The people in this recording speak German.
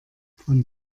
von